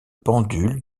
pendule